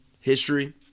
history